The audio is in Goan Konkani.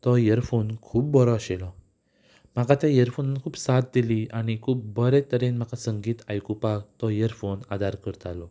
तो इयरफोन खूब बरो आशिल्लो म्हाका त्या इयरफोनान खूब साथ दिली आनी खूब बरे तरेन म्हाका संगीत आयकुपाक तो इयरफोन आदार करतालो